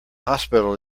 hospital